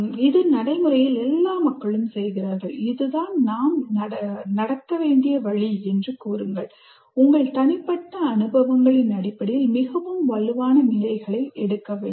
இது நடைமுறையில் எல்லா மக்களும் செய்கிறார்கள் இது தான் நாம் நடக்க வேண்டிய வழி என்று கூறுங்கள் உங்கள் தனிப்பட்ட அனுபவங்களின் அடிப்படையில் மிகவும் வலுவான நிலைகளை எடுக்க வேண்டாம்